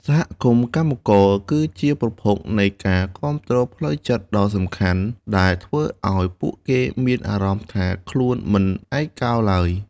សហគមន៍កម្មករគឺជាប្រភពនៃការគាំទ្រផ្លូវចិត្តដ៏សំខាន់ ដែលធ្វើឱ្យពួកគេមានអារម្មណ៍ថាខ្លួនមិនឯកោឡើយ។